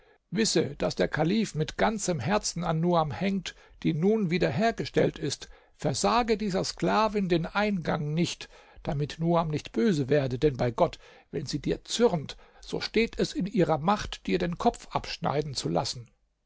wisse daß der kalif mit ganzem herzen an nuam hängt die nun wieder hergestellt ist versage dieser sklavin den eingang nicht damit nuam nicht böse werde denn bei gott wenn sie dir zürnt so steht es in ihrer macht dir den kopf abschneiden zu lassen